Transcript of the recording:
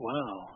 Wow